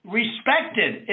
respected